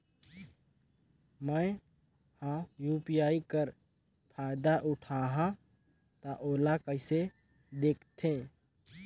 मैं ह यू.पी.आई कर फायदा उठाहा ता ओला कइसे दखथे?